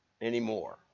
anymore